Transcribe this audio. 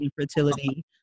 infertility